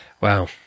wow